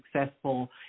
successful